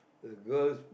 the girls